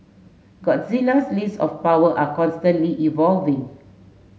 Godzilla's list of power are constantly evolving